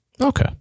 Okay